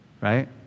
right